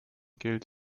gilt